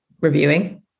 reviewing